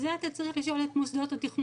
זה אתה צריך לשאול את מוסדות התכנון.